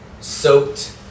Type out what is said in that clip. soaked